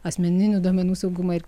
asmeninių duomenų saugumą ir